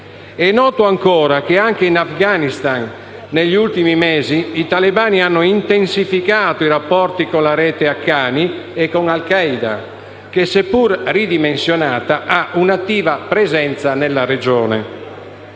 È noto ancora che anche in Afghanistan, negli ultimi mesi, i talebani hanno intensificato i rapporti con la Rete Haqqani e con Al Qaeda che, seppur ridimensionata, ha un'attiva presenza nella regione.